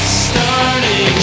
starting